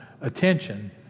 attention